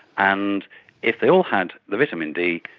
and if they all had the vitamin d,